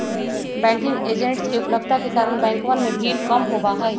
banking agents के उपलब्धता के कारण बैंकवन में भीड़ कम होबा हई